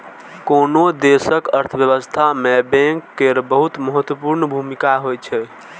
कोनो देशक अर्थव्यवस्था मे बैंक केर बहुत महत्वपूर्ण भूमिका होइ छै